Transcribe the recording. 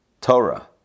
Torah